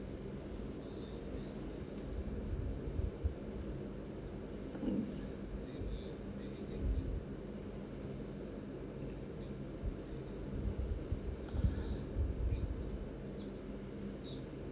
mm